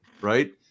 Right